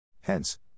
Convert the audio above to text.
Hence